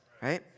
right